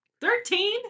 Thirteen